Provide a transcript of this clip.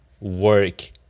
work